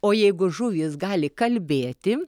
o jeigu žuvys gali kalbėti